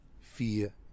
Fear